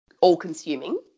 all-consuming